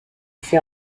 fait